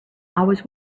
always